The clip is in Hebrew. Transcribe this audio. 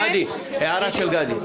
הערה של גדי.